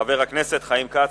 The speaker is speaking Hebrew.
חבר הכנסת חיים כץ.